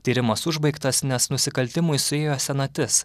tyrimas užbaigtas nes nusikaltimui suėjo senatis